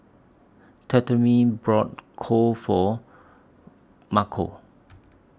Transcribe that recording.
Tremayne bought Pho For Marco